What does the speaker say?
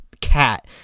cat